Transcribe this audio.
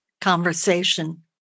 conversation